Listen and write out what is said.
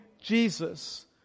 Jesus